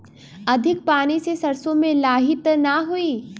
अधिक पानी से सरसो मे लाही त नाही होई?